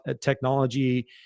technology